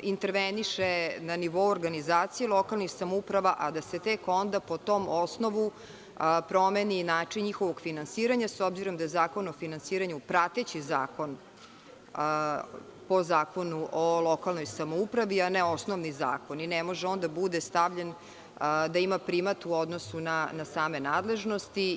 interveniše na nivou organizacije lokalnih samouprava, a da se tek onda po tom osnovu promeni i način njihovog finansiranja, s obzirom da je Zakon o finansiranju prateći zakon, po Zakonu o lokalnoj samoupravi, a ne osnovni zakon i ne može on da ima primat u odnosu na same nadležnosti.